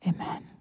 Amen